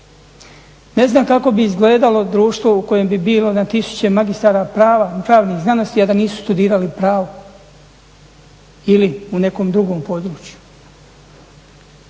Ne znam kako bi izgledalo društvo u kojem bi bilo na tisuće magistara prava, pravnih znanosti a da nisu studirali pravo ili u nekom drugom području.